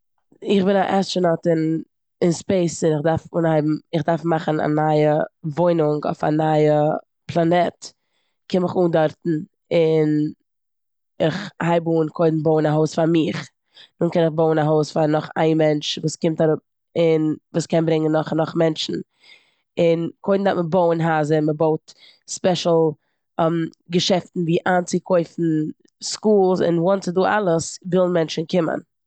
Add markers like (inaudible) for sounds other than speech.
איך בין א עסטראנאוט אין- אין ספעיס און איך דארפן אנהייבן- איך דארף מאכן א נייע וואוינונג אויף א נייע פלאנעט. קום איך אן דארטן און כ'הייב אן קודם בויען א הויז פאר מיך. נאכדעם קען איך בויען א הויז פאר נאך איין מענטש וואס קומט אראפ און וואס קען ברענגען נאך און נאך מענטשן און קודם דארף מען בויען הייזער, מ'בויט ספעשל (hesitation) געשעפטן ווי איינצוקויפן, סקולס. און once ס'איז דא אלעס ווילן מענטשן קומען.